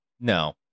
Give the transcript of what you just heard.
No